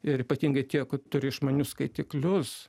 ir ypatingai tie kurie turi išmaniuosius skaitiklius